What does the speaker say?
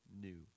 new